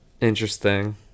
Interesting